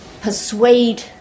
persuade